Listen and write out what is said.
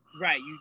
Right